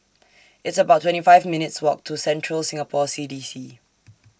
It's about twenty five minutes' Walk to Central Singapore C D C